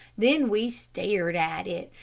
then we stared at it,